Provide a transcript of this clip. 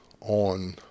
on